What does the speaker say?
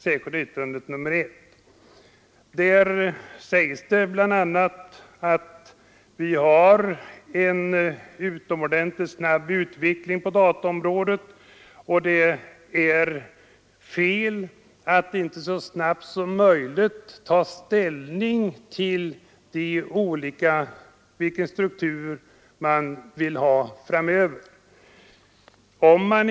Där sägs bl.a. att utvecklingen på dataområdet är utomordentligt snabb och att det vore fel att inte så snart som möjligt ta ställning till vilken struktur vi skall ha framöver på detta område.